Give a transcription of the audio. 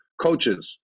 coaches